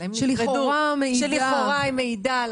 אלא אם הם נפרדו --- שלכאורה היא מעידה על